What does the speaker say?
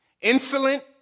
insolent